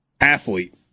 athlete